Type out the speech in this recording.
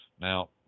Now